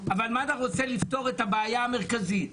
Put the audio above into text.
אבל מד"א רוצה לפתור את הבעיה המרכזית.